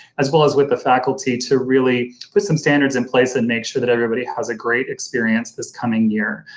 as well as with the faculty to really put some standards in place and make sure that everybody has a great experience this coming year.